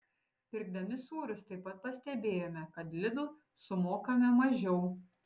pirkdami sūrius taip pat pastebėjome kad lidl sumokame mažiau